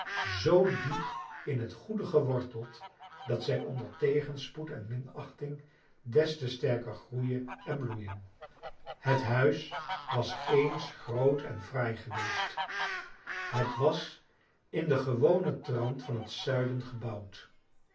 zoo diep in het goede geworteld dat zij onder tegenspoed en minachting des te sterker groeien en bloeien het huis was eens groot en fraai geweest het was in den gewonen trant van het zuiden gebouwd